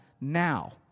now